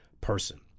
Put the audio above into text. person